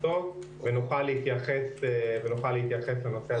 חדשות ונוכל להתייחס לנושא הזה.